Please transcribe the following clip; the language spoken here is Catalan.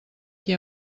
qui